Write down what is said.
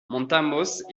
montamos